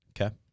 Okay